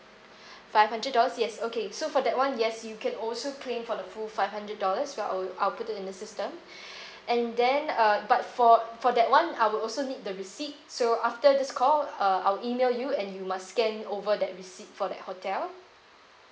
five hundred dollars yes okay so for that one yes you can also claim for the full five hundred dollars I'll I'll put it in the system and then uh but for for that one I'll also need the receipt so after this call uh I'll email you and you must scan over that receipts for that hotel